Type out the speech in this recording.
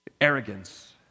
arrogance